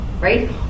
right